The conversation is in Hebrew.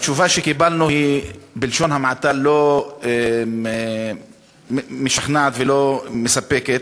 התשובה שקיבלנו היא בלשון המעטה לא משכנעת ולא מספקת: